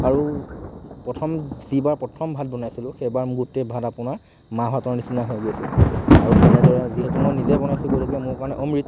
আৰু প্ৰথম যিবাৰ প্ৰথম ভাত বনাইছিলোঁ সেইবাৰ মোৰ গোটেই ভাত আপোনাৰ মাৰভাতৰ নিচিনা হৈ গৈছিল আৰু তেনেদৰে যিহেতু মই নিজেই বনাইছোঁ গতিকে মোৰ কাৰণে অমৃত